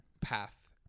path